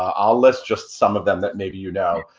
um i'll list just some of them that maybe you know.